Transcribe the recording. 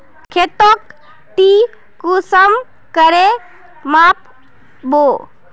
खेतोक ती कुंसम करे माप बो?